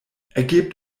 ergebt